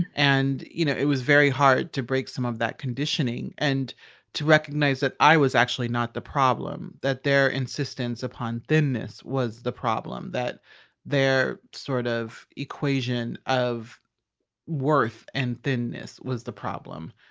and and, you know, it was very hard to break some of that conditioning and to recognize that i was actually not the problem, that their insistence upon thinness was the problem, that their sort of equation of worth and thinness was the problem.